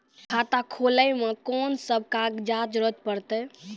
खाता खोलै मे कून सब कागजात जरूरत परतै?